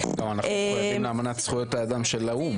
גם אנחנו מחויבים לאמנת זכויות של האו"ם,